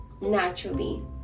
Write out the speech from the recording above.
naturally